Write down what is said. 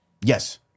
Yes